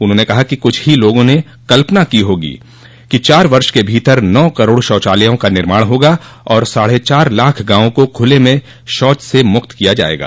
उन्होंने कहा कि कुछ ही लोगों ने कल्पना की होगी कि चार वर्ष के भीतर नौ करोड शौचालयों का निर्माण होगा और साढ़े चार लाख गांवों को खूले में शौच से मुक्त किया जायगा